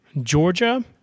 Georgia